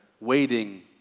waiting